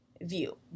view